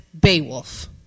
Beowulf